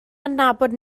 adnabod